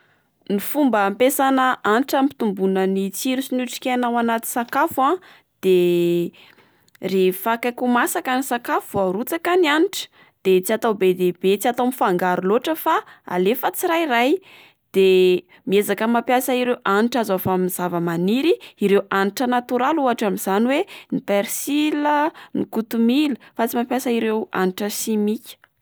Ny fomba ampiasaina hanitra ampitomboina ny tsiro sy ny otrik'aina ao anaty sakafo a, de rehefa akaiky ho masaka ny sakafo vao arotsaka ny hanitra de tsy atao be dia be tsy atao mifangaro loatra fa alefa tsirairay, de miezaka mampiasa ireo hanitra azo avy amin'ny zava-maniry ireo hanitra natoraly ohatra amin'izany oe :ny persila, ny kotomila, fa tsy mampiasa ireo hanitra simika.